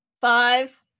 Five